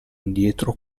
indietro